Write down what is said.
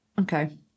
okay